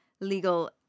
legal